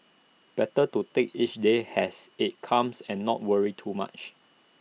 better to take each day has IT comes and not worry too much